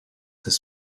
his